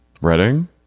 Reading